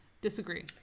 Disagree